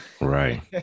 Right